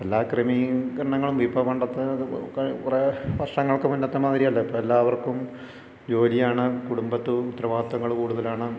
എല്ലാ ക്രമികരങ്ങളും ഇപ്പോൾ പണ്ടത്തെ കുറേ വർഷങ്ങൾക്കു മുന്നത്തെ മാതിരി അല്ല എല്ലാവർക്കും ജോലിയാണ് കുടുംബത്തും ഉത്തരവാദിത്വം കൂടുതലാണ്